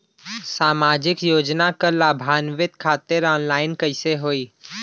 सामाजिक योजना क लाभान्वित खातिर ऑनलाइन कईसे होई?